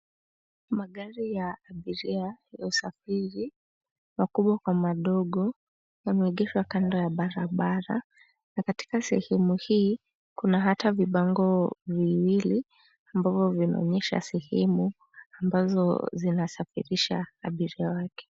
Magari ya abiria ya usafiri ,makubwa kwa madogo yameegeshwa kando ya barabara, na katika sehemu hii kuna hata vibango viwili ambavo vinaonyesha sehemu, ambazo zinasafirisha abiria wake.